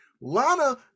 Lana